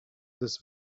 this